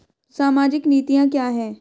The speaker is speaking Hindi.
सामाजिक नीतियाँ क्या हैं?